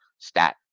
Stat